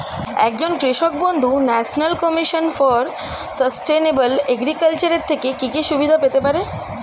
একজন কৃষক বন্ধু national commission for sustainable agriculture এর থেকে কি কি সুবিধা পেতে পারে?